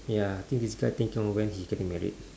ya I think this guy thinking of when he is getting married